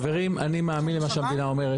חברים, אני מאמין למה שהמדינה אומרת.